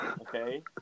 okay